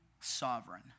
sovereign